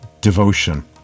devotion